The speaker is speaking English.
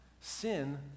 sin